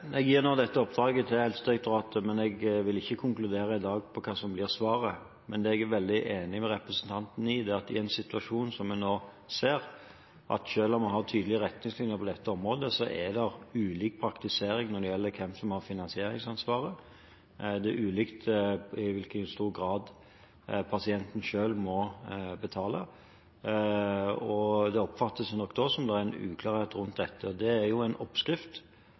Jeg gir nå dette oppdraget til Helsedirektoratet, men jeg vil ikke konkludere i dag på hva som blir svaret. Men jeg er veldig enig med representanten når det gjelder den situasjonen som vi nå ser; at selv om vi har tydelige retningslinjer på dette området, er det ulik praktisering når det gjelder hvem som har finansieringsansvaret. Det praktiseres ulikt i hvilken grad pasienten selv må betale, og det oppfattes nok som at det er uklarhet rundt dette. Det er en oppskrift